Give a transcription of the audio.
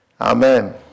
Amen